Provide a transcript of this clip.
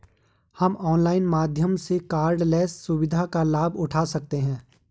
हम ऑनलाइन माध्यम से कॉर्डलेस सुविधा का लाभ उठा सकते हैं